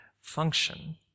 function